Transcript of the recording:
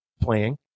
playing